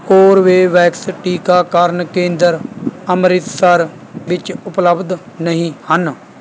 Corbevax ਟੀਕਾਕਰਨ ਕੇਂਦਰ ਅੰਮ੍ਰਿਤਸਰ ਵਿੱਚ ਉਪਲਬਧ ਨਹੀਂ ਹਨ